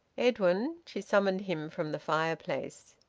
edwin, she summoned him, from the fireplace.